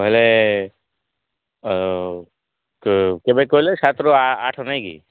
ହେଲେ କେ କେବେ କହିଲେ ସାତରୁ ଆ ଆଠ ନାହିଁ କି